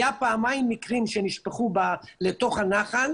היה פעמיים מקרים שנשפכו לתוך הנחל